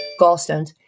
gallstones